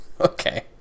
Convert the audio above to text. Okay